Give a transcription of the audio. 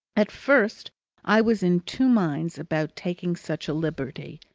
at first i was in two minds about taking such a liberty,